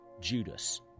Judas